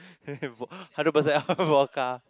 hundred percent vodka